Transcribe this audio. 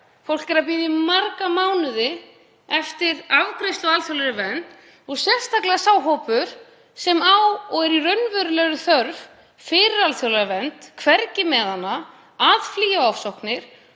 Fólk er að bíða í marga mánuði eftir afgreiðslu og alþjóðlegri vernd og sérstaklega sá hópur sem er í raunverulegri þörf fyrir alþjóðlega vernd, er hvergi með hana, er að flýja ofsóknir.